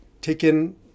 taken